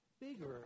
bigger